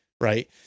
right